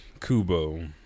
Kubo